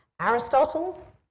Aristotle